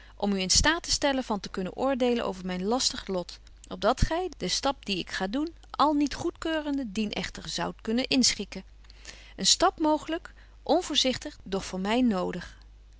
om u in staat te stellen van te kunnen oordelen over myn lastig lot op dat gy den stap dien ik ga doen al niet goedkeurende dien echter zoudt kunnen inschikken een stap mooglyk onvoorzichtig doch voor my nodig